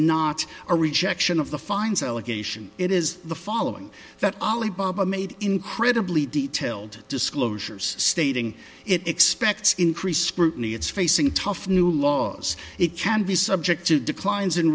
not a rejection of the fines allegation it is the following that ali baba made incredibly detailed disclosures stating it expects increased scrutiny it's facing tough new laws it can be subject to declines in